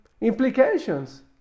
implications